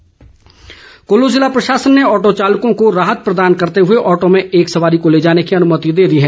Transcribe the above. Kullu auto Kullu जिला प्रशासन ने ऑटो चालकों को राहत प्रदान करते हुए ऑटो में एक सवारी को ले जाने की अनुमति दे दी है